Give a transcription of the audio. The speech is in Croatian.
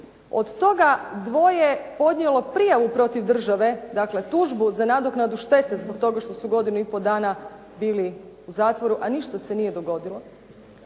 Od toga dvoje je podnijelo prijavu protiv države, dakle tužbu za nadoknadu štete zbog toga što su godinu i pol dana bili u zatvoru, a ništa se nije dogodilo.